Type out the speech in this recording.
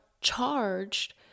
charged